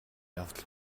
явдал